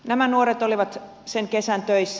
nämä nuoret olivat sen kesän töissä